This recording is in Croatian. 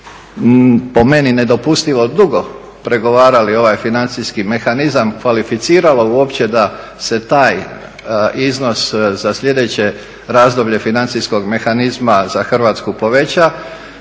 po meni nedopustivo dugo pregovarali ovaj financijski mehanizam kvalificiralo uopće da se taj iznos za sljedeće razdoblje financijskog mehanizma za Hrvatsku poveća,